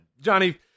Johnny